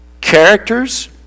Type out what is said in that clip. characters